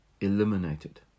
eliminated